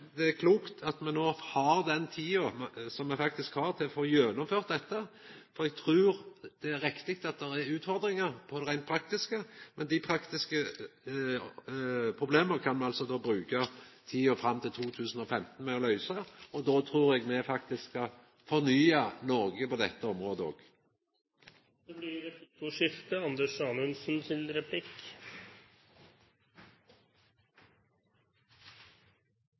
det er klokt at me no har den tida me faktisk har til å gjennomføra dette, for eg trur det er rett at det er utfordringar på det reint praktiske. Men dei praktiske problema kan ein altså bruka tida fram til 2015 på å løysa, og då trur eg me faktisk har fornya Noreg på dette området òg. Det blir replikkordskifte.